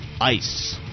ICE